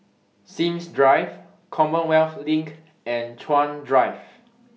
Sims Drive Commonwealth LINK and Chuan Drive